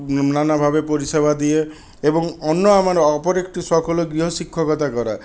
নানাভাবে পরিষেবা দিয়ে এবং অন্য আমার অপর একটি শখ হল গৃহ শিক্ষকতা করা